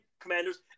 Commanders